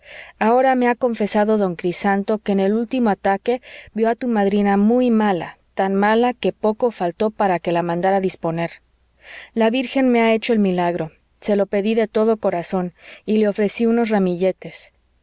ahora me ha confesado don crisanto que en el último ataque vio a tu madrina muy mala tan mala que poco faltó para que la mandara disponer la virgen me ha hecho el milagro se lo pedí de todo corazón y le ofrecí unos ramilletes